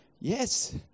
Yes